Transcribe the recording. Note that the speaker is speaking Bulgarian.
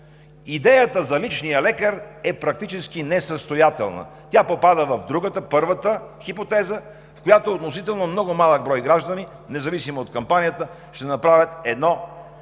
Идеята за личния лекар е практически несъстоятелна. Тя попада в другата – първата хипотеза, в която относително много малък брой граждани, независимо от кампанията ще направят едно